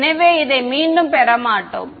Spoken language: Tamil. எனவே இதை மீண்டும் பெற மாட்டோம்